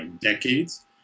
decades